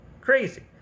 Crazy